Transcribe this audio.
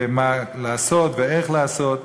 ומה לעשות ואיך לעשות.